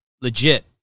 legit